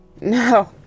No